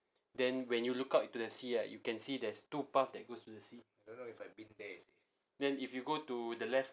then when you look out into the sea right you can see there's two paths that goes to the sea then if you go to the left